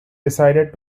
decided